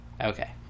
Okay